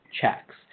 checks